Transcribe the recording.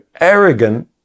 arrogant